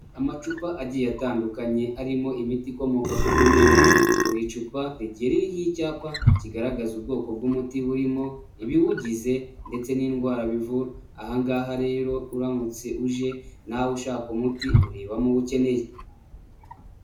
Amacupa agiye atandukanye arimo imiti ikomoka ku bimera, buri cupa rigiye ririho icyapa kigaragaza ubwoko bw'umuti burimo, ibiwugize ndetse n'indwara bivura, aha ngaha rero uramutse uje nawe ushaka umuti urebamo uwo ukeneye.